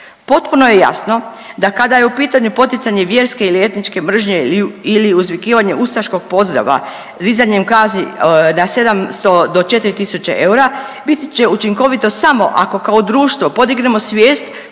Potpuno je jasno da kada je u pitanju poticanje vjerske ili etničke mržnje ili uzvikivanje ustaškog pozdrava dizanjem kazni na 700 do 4.000 eura biti će učinkovito samo ako kao društvo podignemo svijest